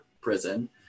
prison